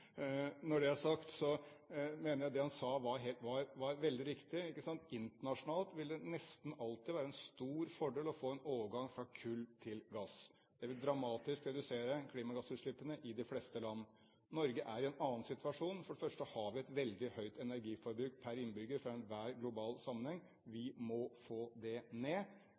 Når det er sagt, mener jeg det han sa, var veldig riktig. Internasjonalt vil det nesten alltid være en stor fordel å få en overgang fra kull til gass. Det vil redusere klimagassutslippene dramatisk i de fleste land. Norge er i en annen situasjon. Vi har et veldig høyt energiforbruk per innbygger i enhver global sammenheng. Vi må få det ned.